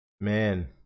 man